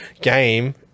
game